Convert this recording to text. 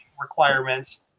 requirements